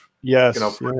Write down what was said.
yes